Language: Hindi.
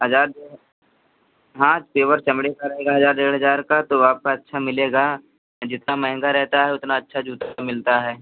हज़ार डेढ़ हाँ पेवर चमड़े का रहेगा हजार डेढ़ हजार का तो आपका अच्छा मिलेगा जितना महंगा रहता है उतना अच्छा जूता मिलता है